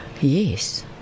Yes